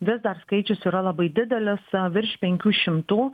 vis dar skaičius yra labai didelis virš penkių šimtų